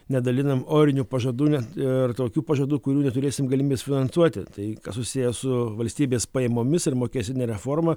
nedalinam orinių pažadų net ir tokių pažadų kurių neturėsim galimybės finansuoti tai kas susiję su valstybės pajamomis ir mokestine reforma